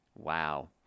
Wow